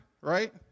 right